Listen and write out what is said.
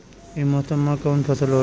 ई मौसम में कवन फसल होला?